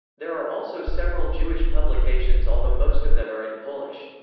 there are also several jewish publications although most of them are in polish.